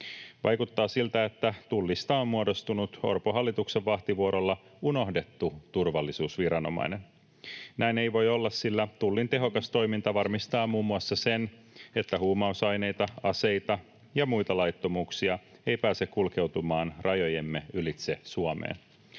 Vaikuttaa siltä, että Tullista on muodostunut Orpon hallituksen vahtivuorolla unohdettu turvallisuusviranomainen. Näin ei voi olla, sillä Tullin tehokas toiminta varmistaa muun muassa sen, että huumausaineita, aseita ja muita laittomuuksia ei pääse kulkeutumaan rajojemme ylitse Suomeen.